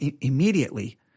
immediately